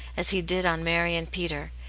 as he did on mary and peter,